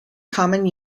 common